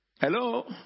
Hello